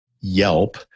Yelp